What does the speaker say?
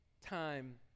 time